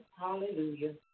hallelujah